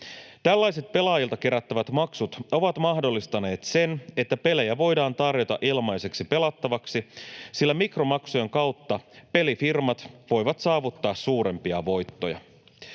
Tällaiset pelaajilta kerättävät maksut ovat mahdollistaneet sen, että pelejä voidaan tarjota ilmaiseksi pelattavaksi, sillä mikromaksujen kautta pelifirmat voivat saavuttaa suurempia voittoja.